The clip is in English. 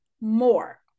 more